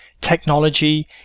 technology